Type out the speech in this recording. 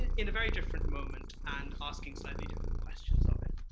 in a very different moment and asking slightly different questions of it.